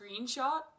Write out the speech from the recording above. screenshot